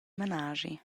menaschi